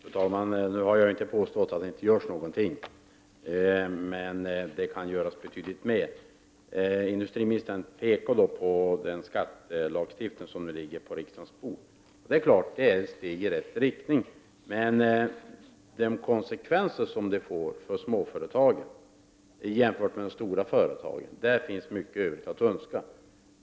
Fru talman! Jag har inte påstått att det inte görs någonting. Det kan dock göras betydligt mer. Industriministern hänvisade till det förslag om ny skattelagstiftning som nu ligger på riksdagens bord. Det är klart att det är ett steg i rätt riktning, men i fråga om de konsekvenser som detta får för småföretagen, jämfört med konsekvenserna för de stora företagen, finns mycket övrigt att önska.